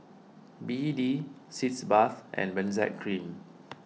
B A D Sitz Bath and Benzac Cream